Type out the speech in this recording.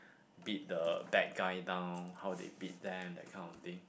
beat the bad guy down how they beat them that kind of thing